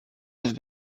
have